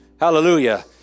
Hallelujah